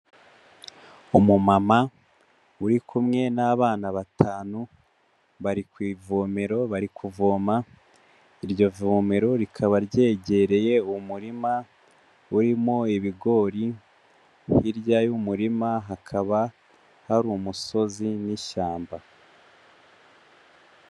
Umumama uri kumwe n'abana batanu, bari ku ivomero bari kuvoma, iryovomero rikaba ryegereye umurima urimo ibigori, hirya y'umurima hakaba hari umusozi n'ishyamba.